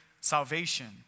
salvation